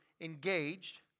engaged